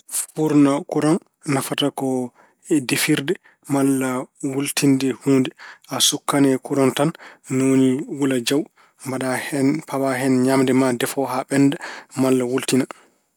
Fuurna kuraŋ nafata ko defirde malla wultinde huunde. A sukkan e kuraŋ tan ni woni wula jaw, mbaɗa hen- pawa hen ñaamde ma defoo haa ɓennda malla wultina.